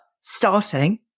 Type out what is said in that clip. starting